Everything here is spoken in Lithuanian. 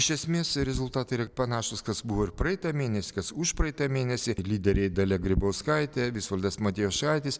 iš esmės rezultatai yra panašūs kas buvo ir praeitą mėnesį kas užpraeitą mėnesį lyderiai dalia grybauskaitė visvaldas matijošaitis